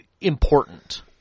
important